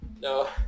No